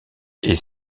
est